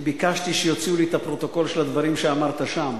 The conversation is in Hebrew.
שביקשתי שיוציאו לי את הפרוטוקול של הדברים שאמרת שם